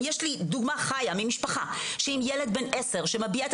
אם יש לי דוגמא חיה ממשפחה עם ילד בן עשר שמביע את